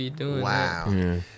Wow